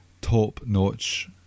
top-notch